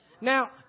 Now